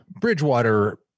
Bridgewater –